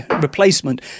replacement